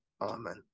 Amen